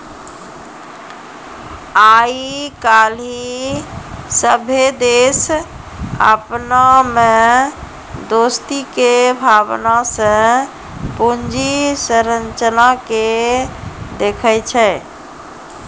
आइ काल्हि सभ्भे देश अपना मे दोस्ती के भावना से पूंजी संरचना के देखै छै